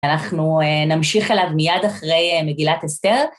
אנחנו נמשיך אליו מיד אחרי מגילת אסתר.